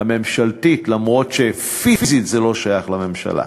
כי פיזית זה לא שייך לממשלה.